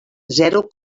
zero